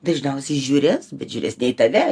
dažniausiai žiūrės bet žiūrės ne į tave